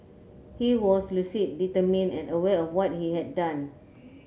he was lucid determined and aware of what he had done